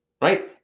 right